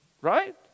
Right